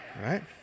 Right